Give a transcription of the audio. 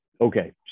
okay